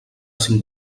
cinc